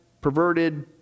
perverted